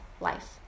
life